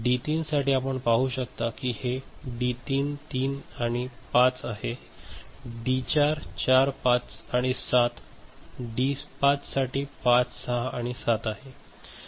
D 3 साठी आपण पाहू शकता की हे डी 3 3 आणि 5 आहे डी 4 4 5 आणि 7 आणि डी 5 साठी 5 6 आणि 7 आहे